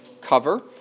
cover